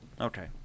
Okay